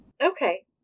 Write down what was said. Okay